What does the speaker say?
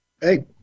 Hey